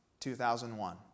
2001